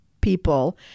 people